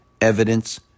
evidence